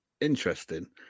interesting